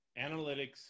analytics